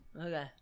Okay